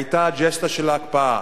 היתה ג'סטה של ההקפאה.